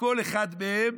בכל אחד מהם